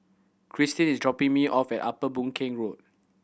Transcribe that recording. Kristyn is dropping me off at Upper Boon Keng Road